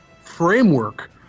framework